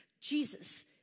Jesus